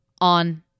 on